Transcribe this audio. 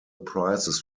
prizes